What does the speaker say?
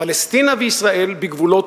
פלסטינה וישראל בגבולות